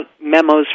memos